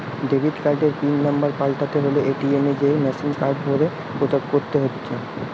debit কার্ডের pin number পাল্টাতে হলে এ.টি.এম এ যেয়ে মেসিনে কার্ড ভরে করতে হচ্ছে